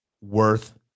worth